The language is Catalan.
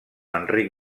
enric